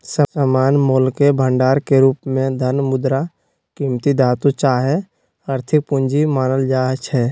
सामान्य मोलके भंडार के रूप में धन, मुद्रा, कीमती धातु चाहे आर्थिक पूजी मानल जाइ छै